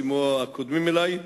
כמו הקודמים לי,